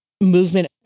movement